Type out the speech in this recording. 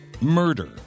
murder